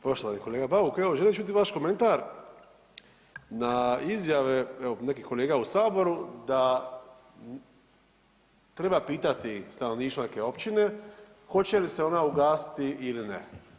Poštovani kolega Bauk, evo želim čuti vaš komentar na izjave evo nekih kolega u saboru da treba pitati stanovništvo neke općine hoće li se ona ugasiti ili ne.